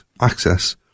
access